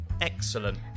Excellent